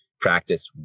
practice